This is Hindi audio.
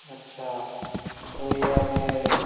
अच्छा तो ये अपने